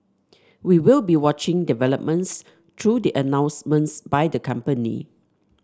we will be watching developments through the announcements by the company